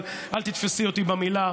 אבל אל תתפסי אותי במילה,